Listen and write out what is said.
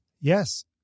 Yes